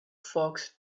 fox